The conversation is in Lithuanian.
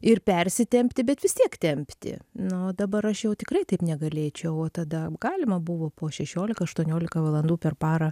ir persitempti bet vis tiek tempti nu dabar aš jau tikrai taip negalėčiau o tada galima buvo po šešiolika aštuoniolika valandų per parą